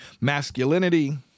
Masculinity